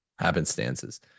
happenstances